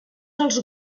els